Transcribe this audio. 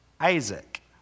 Isaac